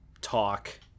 talk